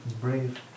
brave